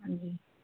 हां जी